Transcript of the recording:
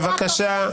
בבקשה.